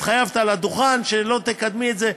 התחייבת על השולחן שלא תקדמי את זה,